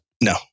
No